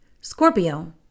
Scorpio